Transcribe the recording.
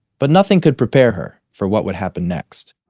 but nothing could prepare her for what would happen next